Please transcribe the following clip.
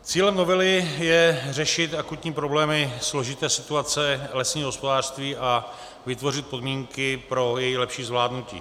Cílem novely je řešit akutní problémy složité situace lesního hospodářství a vytvořit podmínky pro její lepší zvládnutí.